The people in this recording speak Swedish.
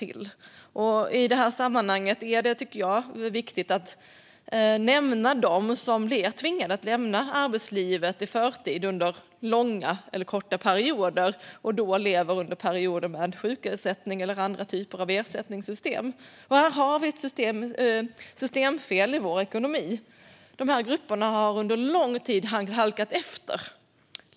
I detta sammanhang tycker jag att det är viktigt att nämna dem som blir tvingade att lämna arbetslivet i förtid under långa eller korta perioder och då lever under perioder med sjukersättning eller andra typer av ersättningar. Här har vi ett systemfel i vår ekonomi. Dessa grupper har under lång tid halkat efter.